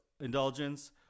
indulgence